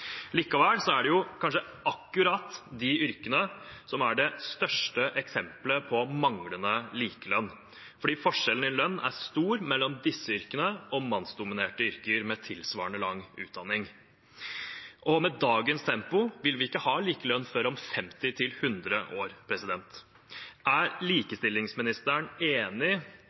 er det kanskje akkurat de yrkene som er det største eksempelet på manglende likelønn, for forskjellen i lønn er stor mellom disse yrkene og mannsdominerte yrker med tilsvarende lang utdanning. Med dagens tempo vil vi ikke ha likelønn før om 50 til 100 år. Er likestillingsministeren enig